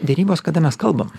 derybos kada mes kalbam